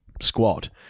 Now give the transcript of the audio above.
squad